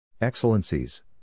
Excellencies